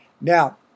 Now